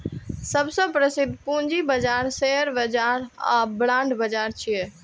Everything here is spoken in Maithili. सबसं प्रसिद्ध पूंजी बाजार शेयर बाजार आ बांड बाजार छियै